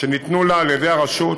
שניתנו לה על-ידי הרשות